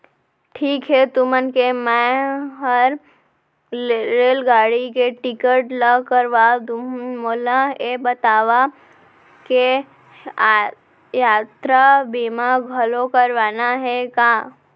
ठीक हे तुमन के मैं हर रेलगाड़ी के टिकिट ल करवा दुहूँ, मोला ये बतावा के यातरा बीमा घलौ करवाना हे का?